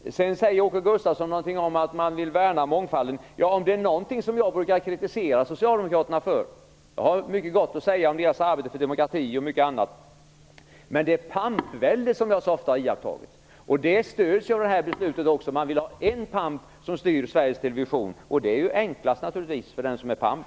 Åke Gustavsson säger något om att man vill värna mångfalden. Är det någonting jag brukar kritisera socialdemokraterna för - jag har mycket gott att säga om deras arbete för demokrati och mycket annat - är det det pampvälde som jag så ofta iakttagit. Det stöds ju av det här förslaget. Man vill ha en pamp som styr Sveriges Television. Det är ju naturligtvis enklast för den som är pamp.